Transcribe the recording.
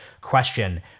question